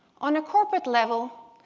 on a corporate level,